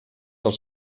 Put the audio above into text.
els